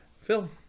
Phil